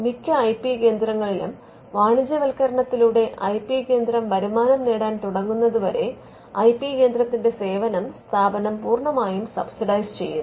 മിക്ക I P കേന്ദ്രങ്ങളിലും വാണിജ്യവത്ക്കരണത്തിലൂടെ ഐ പി കേന്ദ്രം വരുമാനം നേടാൻ തുടങ്ങുന്നതുവരെ ഐ പി കേന്ദ്രത്തിന്റെ സേവനം സ്ഥാപനം പൂർണമായും സബ്സിഡൈസ് ചെയ്യുന്നു